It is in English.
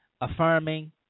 affirming